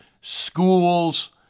schools